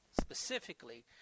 Specifically